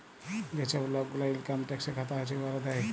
যে ছব লক গুলার ইলকাম ট্যাক্সের খাতা আছে, উয়ারা দেয়